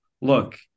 look